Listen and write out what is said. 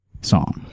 song